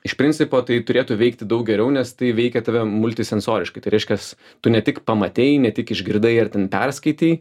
iš principo tai turėtų veikti daug geriau nes tai veikia tave multisensoriškai tai reiškias tu ne tik pamatei ne tik išgirdai ar ten perskaitei